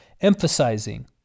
emphasizing